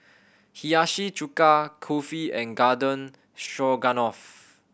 Hiyashi Chuka Kulfi and Garden Stroganoff